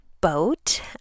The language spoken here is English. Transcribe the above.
boat